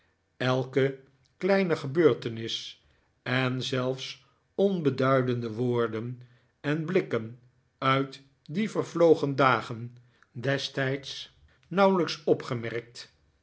elke kleine gebeurtenis en zelfs onbeduidende woorden en blikken uit die vervlogen dagen destijds nauwelijks opgemerkt